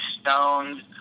stoned